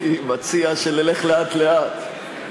אני מציע שנלך לאט-לאט.